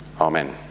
Amen